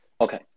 Okay